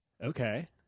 Okay